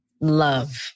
love